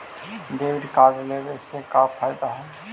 Debit card लेवे से का का फायदा है?